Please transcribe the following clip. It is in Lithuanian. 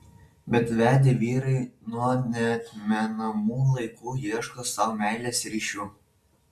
bet vedę vyrai nuo neatmenamų laikų ieško sau meilės ryšių